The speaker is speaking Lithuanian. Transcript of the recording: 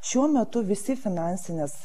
šiuo metu visi finansines